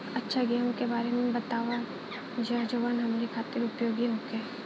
अच्छा गेहूँ के बारे में बतावल जाजवन हमनी ख़ातिर उपयोगी होखे?